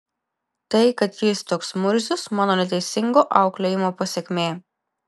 tai kad jis toks murzius mano neteisingo auklėjimo pasekmė